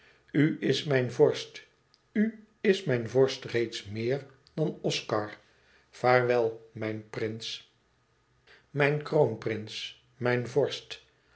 is mijn vorst u is mijn vorst reeds meer dan oscar vaarwel mijn prins mijn kroonprins mijn vorst